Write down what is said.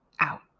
out